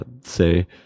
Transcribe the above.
say